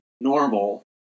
normal